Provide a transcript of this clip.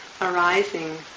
arising